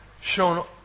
shown